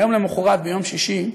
יום למחרת, ביום שישי,